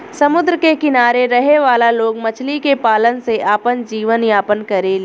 समुंद्र के किनारे रहे वाला लोग मछली के पालन से आपन जीवन यापन करेले